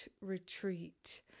Retreat